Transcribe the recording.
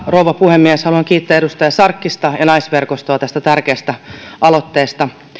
rouva puhemies haluan kiittää edustaja sarkkista ja naisverkostoa tästä tärkeästä aloitteesta